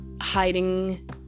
hiding